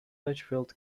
lichfield